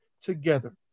together